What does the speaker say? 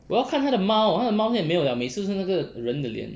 我要看他的猫他的猫现在没有了每次都是那个人的脸